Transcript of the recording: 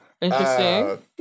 Interesting